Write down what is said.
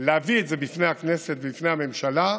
להביא את זה בפני הכנסת ובפני הממשלה,